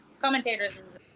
commentators